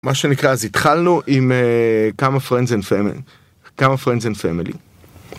מה שנקרא, אז התחלנו עם כמה Friends and Family, כמה Friends and Family.